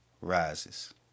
rises